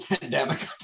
pandemic